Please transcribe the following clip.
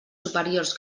superiors